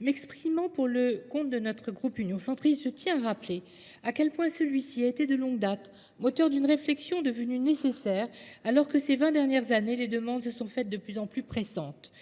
M'exprimant pour le compte de notre groupe union-centrise, je tiens à rappeler à quel point celui-ci a été de longue date, moteur d'une réflexion devenue nécessaire alors que ces 20 dernières années les demandes se sont faites de plus en plus pressantes.